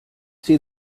see